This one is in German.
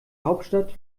hauptstadt